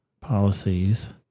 Policies